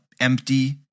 empty